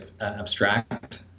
abstract